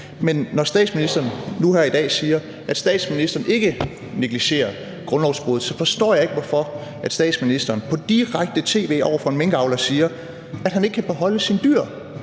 Men når statsministeren nu her i dag siger, at statsministeren ikke negligerer grundlovsbruddet, så forstår jeg ikke, hvorfor statsministeren på direkte tv over for en minkavler siger, at han ikke kan beholde sine dyr,